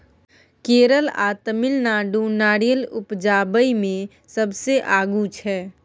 केरल आ तमिलनाडु नारियर उपजाबइ मे सबसे आगू छै